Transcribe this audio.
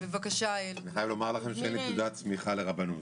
אני חייב לומר לכם שאין לי תעודת סמיכה לרבנות.